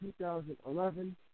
2011